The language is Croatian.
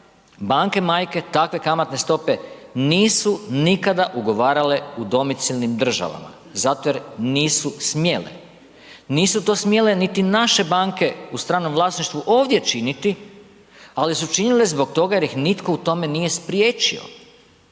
banke majke takve kamatne stope nisu nikada ugovarale u domicilnim državama zato jer nisu smjele. Nisu to smjele niti naše banke u stranom vlasništvu ovdje činiti, ali su činile zbog toga jer ih nitko u tome nije spriječio,